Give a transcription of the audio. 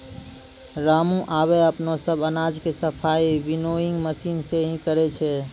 रामू आबॅ अपनो सब अनाज के सफाई विनोइंग मशीन सॅ हीं करै छै